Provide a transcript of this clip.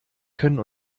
können